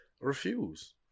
refuse